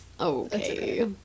Okay